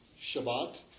Shabbat